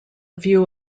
view